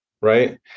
right